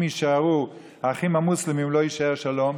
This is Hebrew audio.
יישארו האחים המוסלמים לא יישאר שלום.